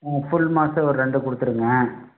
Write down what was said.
ஆ full மாஸே ஒரு ரெண்டு கொடுத்துடுங்க